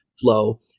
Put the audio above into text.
flow